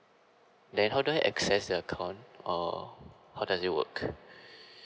then how do I access the account or how does it work